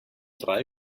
drei